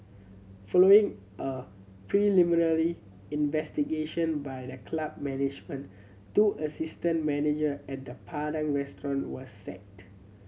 following a preliminary investigation by the club management two assistant manager at the Padang Restaurant were sacked